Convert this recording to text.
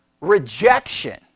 Rejection